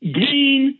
green